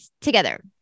together